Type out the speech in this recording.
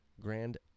Grand